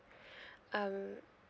um